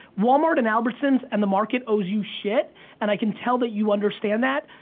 walmart and albertsons and the market owes you shit and i can tell that you understand that.